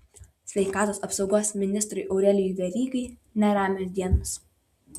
sveikatos apsaugos ministrui aurelijui verygai neramios dienos